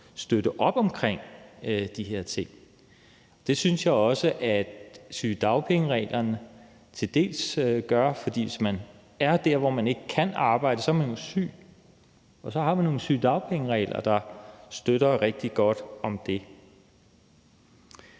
støtte op omkring de her ting. Det synes jeg også at sygedagpengereglerne til dels gør. Hvis man er der, hvor man ikke kan arbejde, er man jo syg, og så har vi nogle sygedagpengeregler, der støtter rigtig godt op om det.